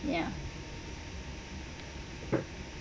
ya